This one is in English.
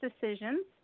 decisions